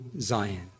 Zion